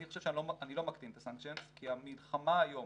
אני חושב שאני לא מקטין את ה- Sanctionsכי המלחמה היום